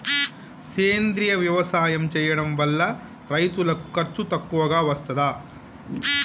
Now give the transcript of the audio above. సేంద్రీయ వ్యవసాయం చేయడం వల్ల రైతులకు ఖర్చు తక్కువగా వస్తదా?